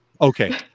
Okay